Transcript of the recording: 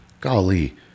golly